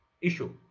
issue